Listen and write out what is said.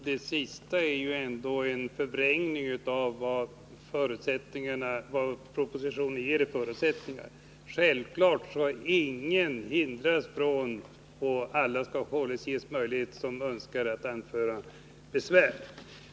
Herr talman! Det sist sagda är väl ändå en förvrängning av vad propositionen ger av förutsättningar. Självfallet hindras ingen från en sådan prövning, utan alla som önskar anföra besvär skall ha kvar den rätten.